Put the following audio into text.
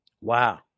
Wow